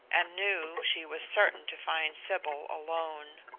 and knew she was certain to find sybil alone.